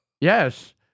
Yes